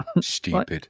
Stupid